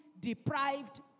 deprived